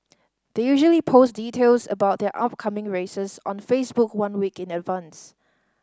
they usually post details about their upcoming races on Facebook one week in advance